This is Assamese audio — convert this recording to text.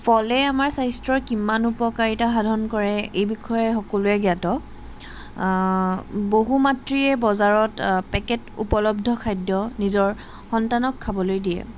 ফলে আমাৰ স্বাস্থ্যৰ কিমান উপকাৰিতা সাধন কৰে এই বিষয়ে সকলোৱে জ্ঞাত বহু মাতৃয়ে বজাৰত পেকেট উপলব্ধ খাদ্য নিজৰ সন্তানক খাবলৈ দিয়ে